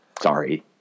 Sorry